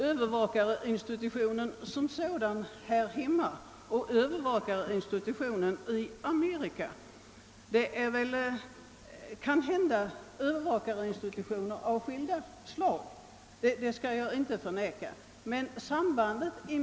Övervakarinstitutionen här hemma och övervakarinstitutionen i Amerika är kanske institutioner av skilda slag. Det skall jag inte förneka, herr Oskarson.